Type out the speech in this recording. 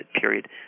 period